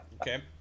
Okay